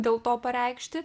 dėl to pareikšti